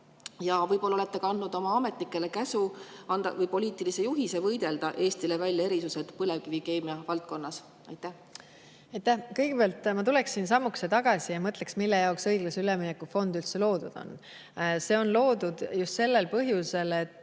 Ja võib-olla olete ka andnud oma ametnikele käsu või poliitilise juhise võidelda Eestile välja erisused põlevkivikeemia valdkonnas? Aitäh! Kõigepealt, ma tuleksin sammukese tagasi ja mõtleksin, mille jaoks õiglase ülemineku fond üldse loodud on. See on loodud just sellel põhjusel, et